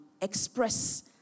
express